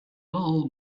all